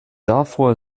davor